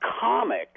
comic